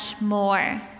more